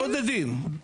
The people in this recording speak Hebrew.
בודדים.